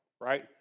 right